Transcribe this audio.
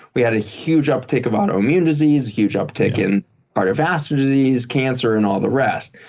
we had a huge uptick of autoimmune disease, huge uptick in cardiovascular disease, cancer and all the rest.